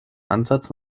ansatz